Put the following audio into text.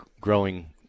growing